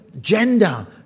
gender